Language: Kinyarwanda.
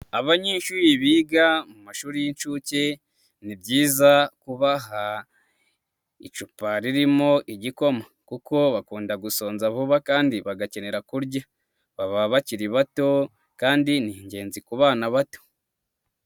Abanyeshuri biga mu mashuri y'incuke ni byiza kubaha icupa ririmo igikoma kuko bakunda gusonza vuba kandi bagakenera kurya, baba bakiri bato kandi ni ingenzi ku bana bato.